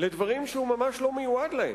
לדברים שהוא ממש לא מיועד להם.